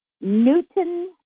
Newton